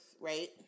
right